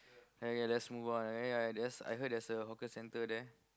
okay let's move on uh yeah I heard there's a hawker center there